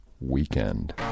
Weekend